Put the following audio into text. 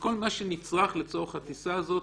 כל מה שנצרך לצורך הטיסה הזאת,